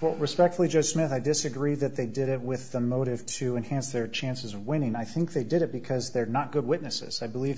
but respectfully just met i disagree that they did it with a motive to enhance their chances of winning i think they did it because they're not good witnesses i believe